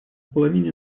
половине